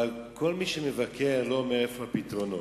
אבל כל מי שמבקר לא אומר איפה הפתרונות,